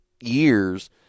years